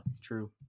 true